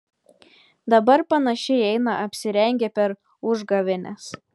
dabar panašiai eina apsirengę per užgavėnes